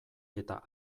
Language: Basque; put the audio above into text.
eta